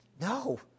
No